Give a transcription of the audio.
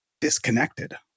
disconnected